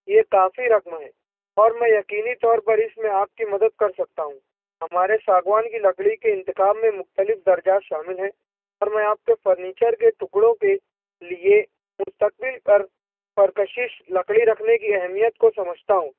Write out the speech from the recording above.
یہ کافی رقم ہے اور میں یقینی طور پر اس میں آپ کی مدد کر سکتا ہوں ہمارے ساگوان کی لکڑی کے انتخاب میں مختلف درجات شامل ہیں اور میں آپ کے فرنیچر کے ٹکڑوں کے لیے مستقبل پر پُرکشش لکڑی رکھنے کی اہمیت کو سمجھتا ہوں